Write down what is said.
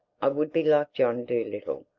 i would be like john dolittle.